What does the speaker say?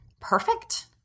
perfect